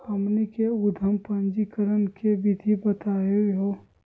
हमनी के उद्यम पंजीकरण के विधि बताही हो?